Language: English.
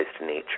Nature